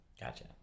Gotcha